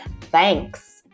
Thanks